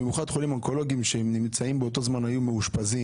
במיוחד חולים אונקולוגיים שבאותו זמן היו מאושפזים,